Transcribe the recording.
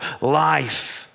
life